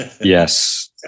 Yes